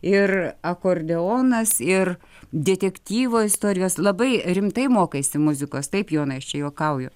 ir akordeonas ir detektyvo istorijos labai rimtai mokaisi muzikos taip jonas aš čia juokauju